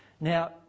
Now